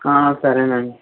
సరేనండి